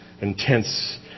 intense